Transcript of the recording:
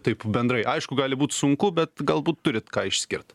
taip bendrai aišku gali būt sunku bet galbūt turit ką išskirt